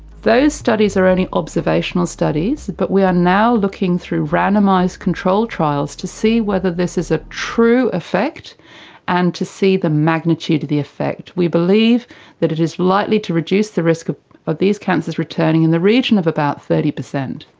those studies are only observational studies, but we are now looking through randomised controlled trials to see whether this is a true effect and to see the magnitude of the effect. we believe that it is likely to reduce the risk of of these cancers returning in the region of about thirty percent.